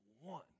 one